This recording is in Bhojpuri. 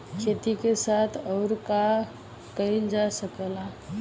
खेती के साथ अउर का कइल जा सकेला?